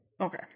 Okay